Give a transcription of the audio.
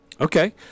Okay